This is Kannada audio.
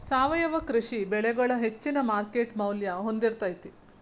ಸಾವಯವ ಕೃಷಿ ಬೆಳಿಗೊಳ ಹೆಚ್ಚಿನ ಮಾರ್ಕೇಟ್ ಮೌಲ್ಯ ಹೊಂದಿರತೈತಿ